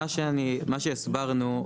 למה צריך לתת הקלה?